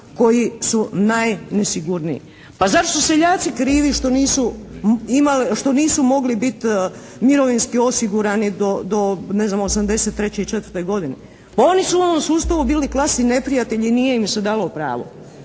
koji su najnesigurniji. Pa zar su seljaci krivi što nisu mogli biti mirovinski osigurani do ne znam '83. i '84. godine? Pa oni su u ovom sustavu bili klasni neprijatelji i nije im se dalo pravo,